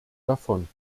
davon